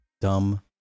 dumb